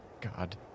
God